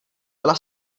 byla